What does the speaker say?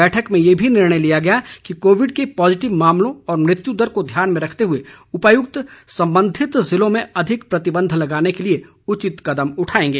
बैठक में यह भी निर्णय लिया गया कि कोविड के पॉजिटिव मामलों और मृत्यु दर को ध्यान में रखते हुए उपायुक्त संबंधित जिलों में अधिक प्रतिबन्ध लगाने के लिए उचित कदम उठाएंगे